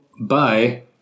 bye